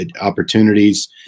opportunities